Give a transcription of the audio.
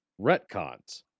retcons